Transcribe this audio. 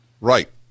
Right